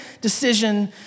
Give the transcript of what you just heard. decision